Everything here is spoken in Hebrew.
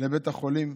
לבית החולים.